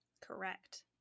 Correct